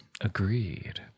Agreed